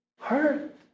hurt